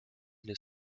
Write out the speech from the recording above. les